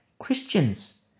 Christians